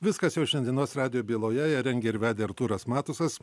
viskas jau šiandienos radijo byloje ją rengė ir vedė artūras matusas